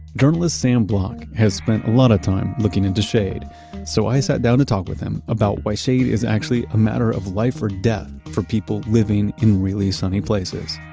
journalist sam bloch has spent a lot of time looking into shade so i sat down to talk with him about why shade is actually a matter of life or death for people living in really sunny places